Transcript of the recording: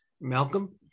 Malcolm